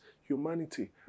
humanity